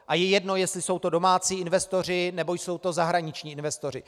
A je jedno, jestli jsou to domácí investoři, nebo jsou to zahraniční investoři.